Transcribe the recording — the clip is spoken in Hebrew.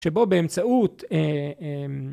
שבו באמצעות אה...